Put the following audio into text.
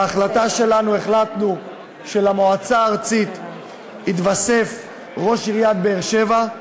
בהחלטה שלנו החלטנו שלמועצה הארצית יתווסף ראש עיריית באר-שבע,